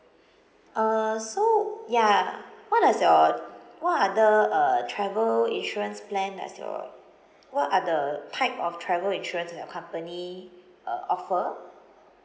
uh so ya what does your what are the uh travel insurance plan does your what are the type of travel insurance that your company uh offer